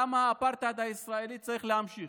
למה האפרטהייד הישראלי צריך להמשיך,